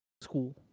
school